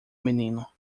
menino